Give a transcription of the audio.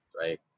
right